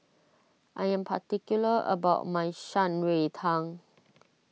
I am particular about my Shan Rui Tang